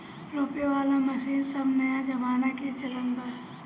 रोपे वाला मशीन सब नया जमाना के चलन बा